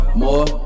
more